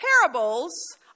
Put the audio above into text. Parables